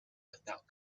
without